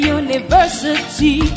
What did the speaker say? university